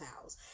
house